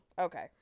Okay